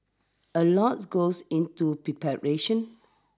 a lots goes into preparation